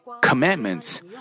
Commandments